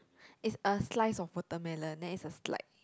is a slice of watermelon then is a slide